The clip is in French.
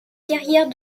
carrière